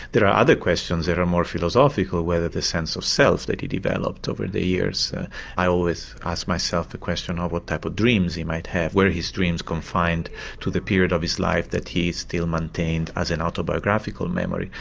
are other questions that are more philosophical whether the sense of self that he developed over the years i always ask myself the question of what type of dreams he might have, were his dreams confined to the period of his life that he still maintained as an autobiographical memory.